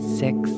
six